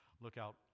Lookout